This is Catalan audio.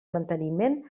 manteniment